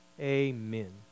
amen